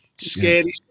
scary